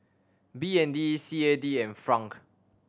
B N D C A D and franc